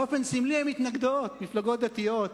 באופן סמלי הן מתנגדות, מפלגות דתיות,